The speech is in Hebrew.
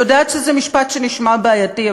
אני יודעת שזה משפט שנשמע בעייתי,